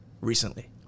recently